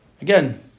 Again